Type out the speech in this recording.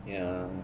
ya